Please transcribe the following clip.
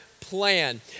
plan